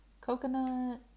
Coconut